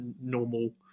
normal